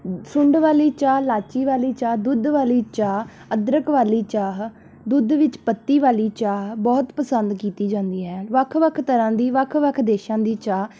ਸੁੰਡ ਵਾਲੀ ਚਾਹ ਇਲਾਚੀ ਵਾਲੀ ਚਾਹ ਦੁੱਧ ਵਾਲੀ ਚਾਹ ਅਦਰਕ ਵਾਲੀ ਚਾਹ ਦੁੱਧ ਵਿੱਚ ਪੱਤੀ ਵਾਲੀ ਚਾਹ ਬਹੁਤ ਪਸੰਦ ਕੀਤੀ ਜਾਂਦੀ ਹੈ ਵੱਖ ਵੱਖ ਤਰ੍ਹਾਂ ਦੀ ਵੱਖ ਵੱਖ ਦੇਸ਼ਾਂ ਦੀ ਚਾਹ